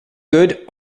good